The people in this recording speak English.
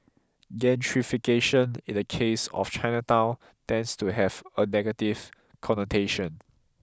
gentrification in the case of Chinatown tends to have a negative connotation